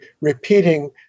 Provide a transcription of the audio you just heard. repeating